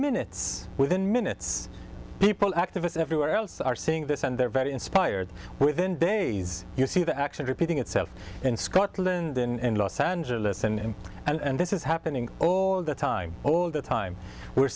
minutes within minutes people activists everywhere else are seeing this and they're very inspired within days you see the action repeating itself in scotland in los angeles and and this is happening oh all the time all the time we're